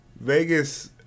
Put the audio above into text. Vegas